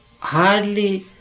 hardly